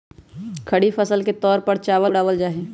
खरीफ फसल के तौर पर चावल उड़ावल जाहई